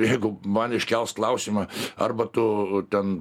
jeigu man iškels klausimą arba tu ten